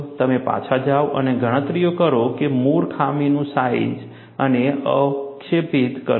તમે પાછા જાઓ અને ગણતરી કરો કે મૂળ ખામીનું સાઈજ આને અવક્ષેપિત કરશે